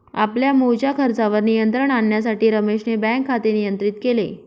आपल्या मुळच्या खर्चावर नियंत्रण आणण्यासाठी रमेशने बँक खाते नियंत्रित केले